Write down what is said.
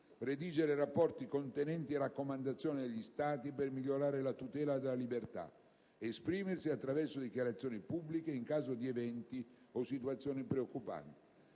redigere rapporti contenenti raccomandazioni agli Stati per migliorare la tutela della libertà, ed esprimersi attraverso dichiarazioni pubbliche in caso di eventi o situazioni preoccupanti.